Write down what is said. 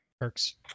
Perks